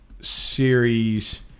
series